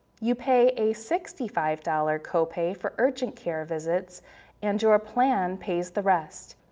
you pay a sixty five dollars copay for urgent care visits and your plan pays the rest,